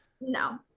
no